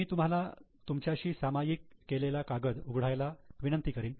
मी तुम्हाला तुमच्याशी सामायिक केलेला कागद उघडायला विनंती करीन